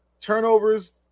turnovers